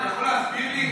אתה יכול להסביר לי?